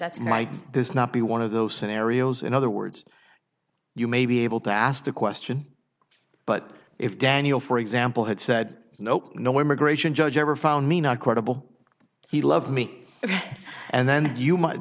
there's not be one of those scenarios in other words you may be able to ask the question but if daniel for example had said no no immigration judge ever found me not credible he loved me and then you might